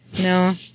No